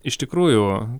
iš tikrųjų